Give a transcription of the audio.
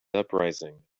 uprising